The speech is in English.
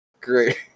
Great